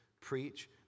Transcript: preach